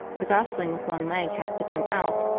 the gosling with one leg has to come out,